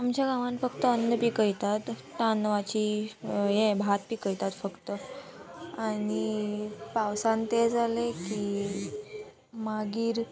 आमच्या गांवान फक्त अन्न पिकयतात तांदवाची हें भात पिकयतात फक्त आनी पावसान तें जालें की मागीर